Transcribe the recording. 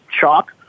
chalk